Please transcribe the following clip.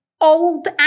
old